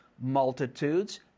multitudes